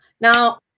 now